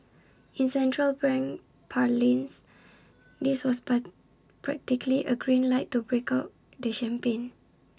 in central bank parlance this was practically A green light to break out the champagne